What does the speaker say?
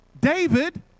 David